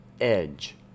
Edge